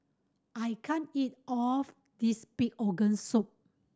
I can't eat all this pig organ soup